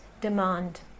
demand